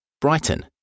Brighton